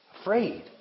afraid